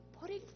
putting